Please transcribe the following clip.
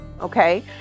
Okay